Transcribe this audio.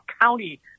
county